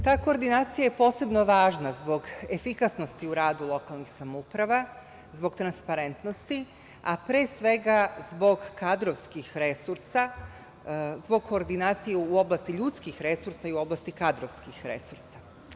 Ta koordinacija je posebno važna zbog efikasnosti u radu lokalnih samouprava, zbog transparentnosti, a pre svega zbog kadrovskih resursa, zbog koordinacije u oblasti ljudskih resursa i u oblasti kadrovskih resursa.